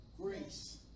grace